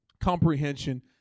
Comprehension